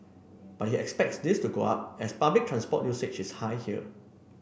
but he expects this to go up as public transport usage is high here